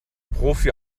profi